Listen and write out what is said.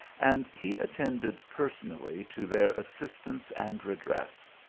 and he attended personally to their assistance and redress.